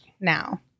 now